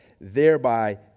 thereby